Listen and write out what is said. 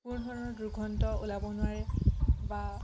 কোনো ধৰণৰ দুৰ্গন্ধ ওলাব নোৱাৰে বা